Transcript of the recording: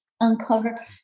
uncover